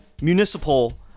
municipal